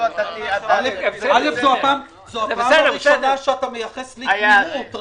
זאת הפעם הראשונה שאתה מייחס לי תמימות.